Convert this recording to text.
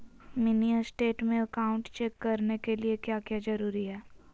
Mini state में account check करने के लिए क्या क्या जरूरी है?